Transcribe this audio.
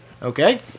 Okay